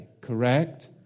Correct